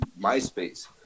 MySpace